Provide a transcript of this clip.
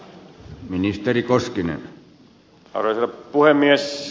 arvoisa herra puhemies